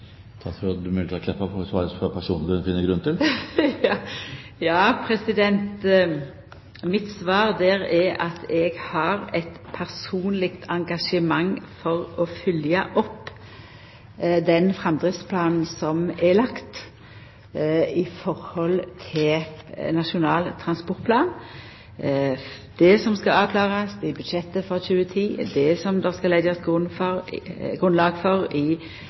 Statsråd Meltveit Kleppa får svare så personlig som hun finner grunn til. Mitt svar er at eg har eit personleg engasjement for å følgja opp den framdriftsplanen som er lagd i Nasjonal transportplan, det som skal avklarast i budsjettet for 2010, det som det skal leggjast grunnlag for i budsjettet for